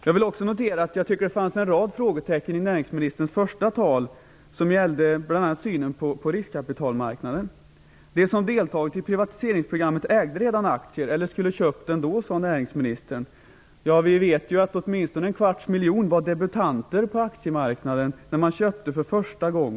Jag noterar också att det finns en rad frågetecken i näringsministerns svar. Det gäller bl.a. synen på riskkapitalmarknaden. De som har deltagit i privatiseringsprogrammet ägde redan aktier eller skulle ha köpt aktier ändå, sade näringsministern. Vi vet att åtminstone en kvarts miljon av köparna var debutanter på aktiemarknaden.